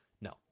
No